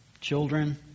children